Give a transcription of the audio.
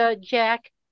Jack